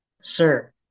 Sir